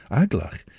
aglach